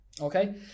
okay